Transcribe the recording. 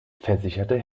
versicherte